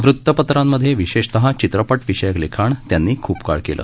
वृतपत्रांमधे विशेषतः चित्रपटविषयक लिखाण त्यांनी खूप काळ केलं